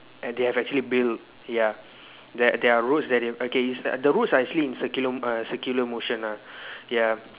and they have actually built ya there there are routes that okay is the routes are actually in curriculum uh circular motions uh ya